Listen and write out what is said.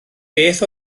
beth